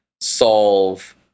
solve